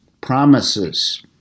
promises